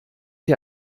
sie